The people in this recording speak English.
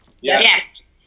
Yes